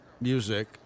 music